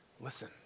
Listen